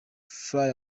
fly